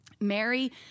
Mary